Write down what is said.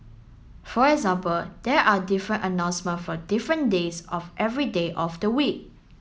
for example there are different announcement for different days of every day of the week